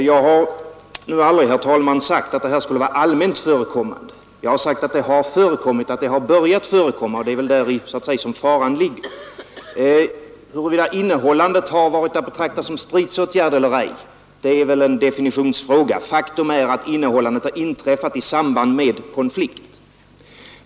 Herr talman! Jag har nu aldrig sagt att detta skulle vara allmänt förekommande. Jag har sagt att det har börjat förekomma, och det är väl däri som faran ligger. Huruvida innehållandet skulle vara att betrakta som stridsåtgärd eller ej är väl en definitionsfråga. Faktum är att innehållandet har inträffat i samband med konflikt.